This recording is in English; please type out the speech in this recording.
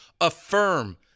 Affirm